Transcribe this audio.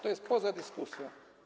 To jest poza dyskusją.